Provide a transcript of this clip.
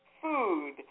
food